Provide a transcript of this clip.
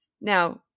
Now